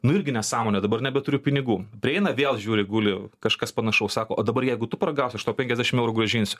nu irgi nesąmonė dabar nebeturiu pinigų prieina vėl žiūri guli kažkas panašaus sako o dabar jeigu tu paragausi aš tau penkiasdešimt eurų grąžinsiu